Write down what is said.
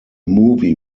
movie